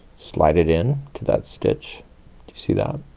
slide it in to that stitch. do you see that?